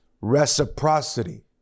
reciprocity